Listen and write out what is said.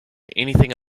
anything